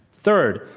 third,